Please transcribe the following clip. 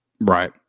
Right